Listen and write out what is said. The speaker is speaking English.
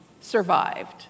survived